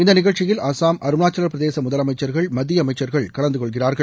இந்த நிகழ்ச்சியில் அசாம் அருணாச்சலப் பிரதேச முதலமைச்சர்கள் மத்திய அமைச்சர்கள் கலந்து கொள்கிறார்கள்